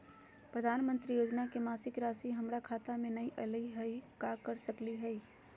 प्रधानमंत्री योजना के मासिक रासि हमरा खाता में नई आइलई हई, का कर सकली हई?